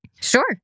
Sure